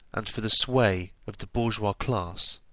and for the sway of the bourgeois class,